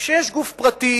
כשיש גוף פרטי,